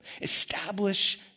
Establish